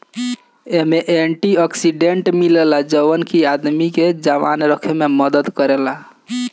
एमे antioxidant मिलेला जवन की आदमी के जवान रखे में मदद करेला